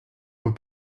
aux